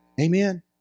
Amen